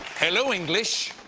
hello, english.